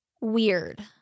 weird